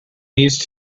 these